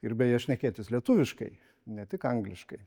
ir beje šnekėtis lietuviškai ne tik angliškai